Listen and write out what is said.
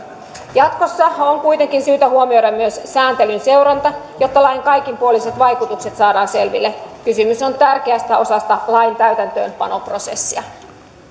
jatkossa on kuitenkin syytä huomioida myös sääntelyn seuranta jotta lain kaikinpuoliset vaikutukset saadaan selville kysymys on tärkeästä osasta lain täytäntöönpanoprosessia